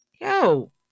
Yo